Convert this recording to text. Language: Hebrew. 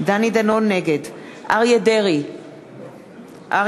נגד אריה דרעי,